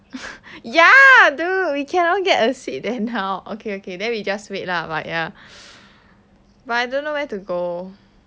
ya dude we cannot get a seat then how okay okay then we just wait lah but ya but I don't know where to go